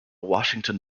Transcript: washington